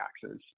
taxes